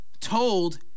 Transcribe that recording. told